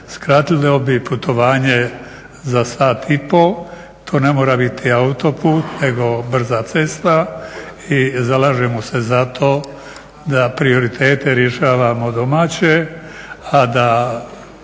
Skratilo bi putovanje za 1,5 sat, to ne mora bit autoput nego brza cesta. I zalažemo se za to da prioritete rješavamo domaće, a da